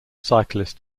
cyclist